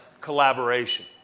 collaboration